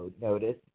notice